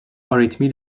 آریتمی